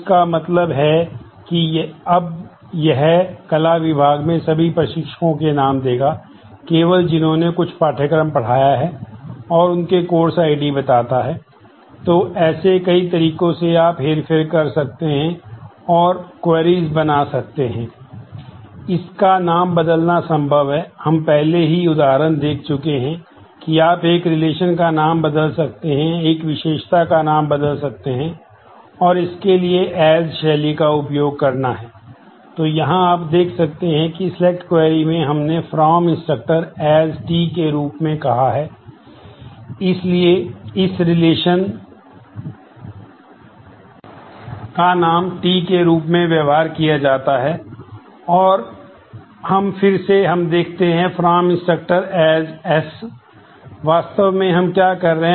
इसका नाम बदलना संभव है हम पहले ही उदाहरण देख चुके हैं कि आप एक रिलेशन कर रहे हैं